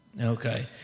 Okay